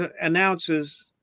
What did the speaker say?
announces